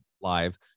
live